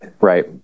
Right